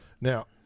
Now